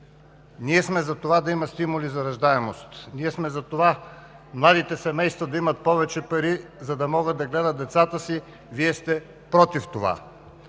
Ние сме за това да има стимули за раждаемост. Ние сме за това младите семейства да имат повече пари, за да могат да гледат децата си. Вие сте против това.